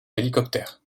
hélicoptère